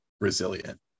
resilient